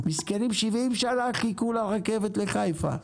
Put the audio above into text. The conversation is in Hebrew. מסכנים, 70 שנה חיכו לרכבת לחיפה.